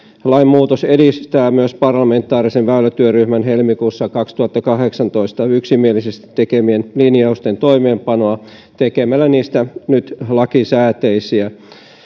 lainmuutos edistää myös parlamentaarisen väylätyöryhmän helmikuussa kaksituhattakahdeksantoista yksimielisesti tekemien linjausten toimeenpanoa kun niistä tehdään nyt lakisääteisiä